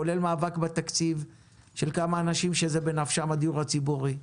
כולל מאבק בתקציב של כמה אנשים שהדיור הציבורי הוא בנפשם.